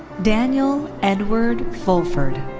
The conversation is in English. daniel edward fulford.